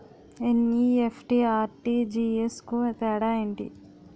NEFT, RTGS కు తేడా ఏంటి?